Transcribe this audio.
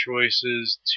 choices